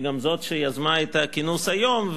היא גם זאת שיזמה את הכינוס היום.